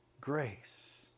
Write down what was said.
grace